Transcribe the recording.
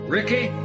Ricky